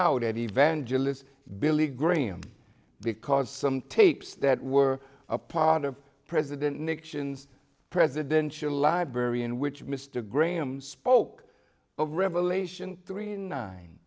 out at evangelist billy graham because some tapes that were a part of president nixon's presidential library in which mr graham spoke of revelation three